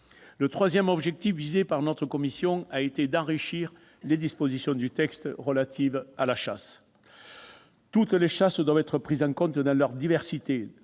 Le troisième objectif visé par notre commission a été d'enrichir les dispositions du texte relatives à la chasse. Toutes les chasses doivent être prises en compte dans leur diversité.